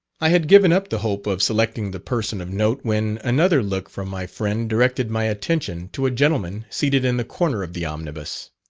i had given up the hope of selecting the person of note when another look from my friend directed my attention to a gentlemen seated in the corner of the omnibus.